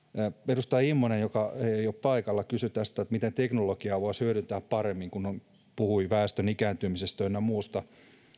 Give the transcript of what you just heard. edustaja immonen joka ei ole paikalla kysyi tästä miten teknologiaa voisi hyödyntää paremmin puhui väestön ikääntymisestä ynnä muusta